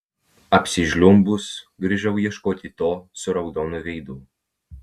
apsižliumbus grįžau ieškoti to su raudonu veidu